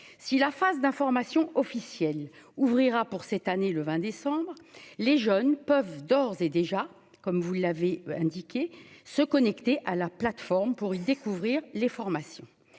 si la phase d'information officielle ouvrira pour cette année, le 20 décembre les jeunes peuvent d'ores et déjà, comme vous l'avez indiqué se connecter à la plateforme pour y découvrir les formations,